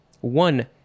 One